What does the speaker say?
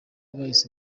bahise